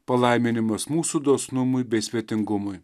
palaiminimas mūsų dosnumui bei svetingumui